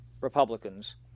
Republicans